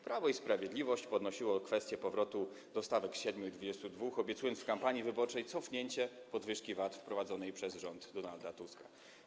Prawo i Sprawiedliwość podnosiło kwestię powrotu do stawek 7% i 22%, obiecując w kampanii wyborczej cofnięcie podwyżki VAT wprowadzonej przez rząd Donalda Tuska.